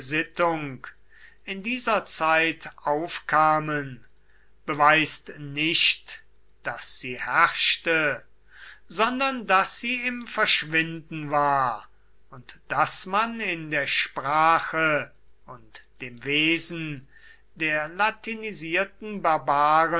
in dieser zeit aufkamen beweist nicht daß sie herrschte sondern daß sie im verschwinden war und daß man in der sprache und dem wesen der latinisierten barbaren